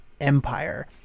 Empire